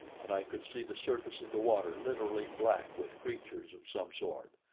and i could see the surface of the water literally black with creatures of some sort.